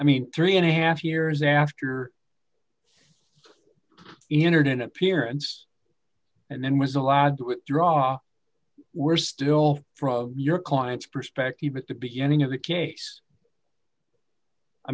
i mean three and a half years after the internet appearance and then was allowed to withdraw we're still for your client's perspective at the beginning of a case i